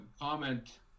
comment